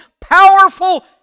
powerful